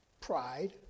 pride